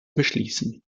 beschließen